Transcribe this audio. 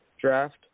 draft